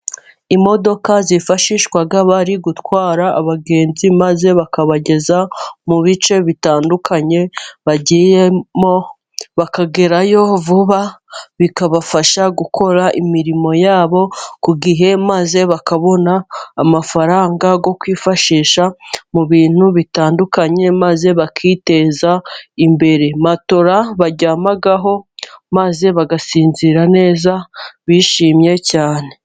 Imodoka zifashishwa bari gutwara abagenzi maze bakabageza mu bice bitandukanye bagiyemo bakagerayo vuba, bikabafasha gukora imirimo yabo ku gihe, maze bakabona amafaranga yo kwifashisha mu bintu bitandukanye, maze bakiteza imbere. Matola baryamaho maze bagasinzira neza bishimye cyane.